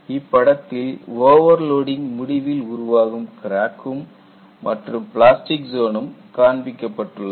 இப்படத்தில் ஓவர்லோடிங் முடிவில் உருவாகும் கிராக்கும் மற்றும் பிளாஸ்டிக் ஜோனும் காண்பிக்கப்பட்டுள்ளது